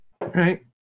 Right